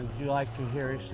you like to hear